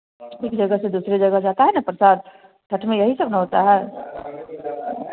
एक जगह से दूसरे जगह जाता है न प्रसाद छठ में यही सब न होता है